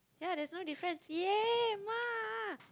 ya there's no difference ya mark